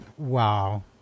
Wow